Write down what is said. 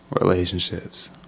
relationships